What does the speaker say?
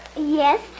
Yes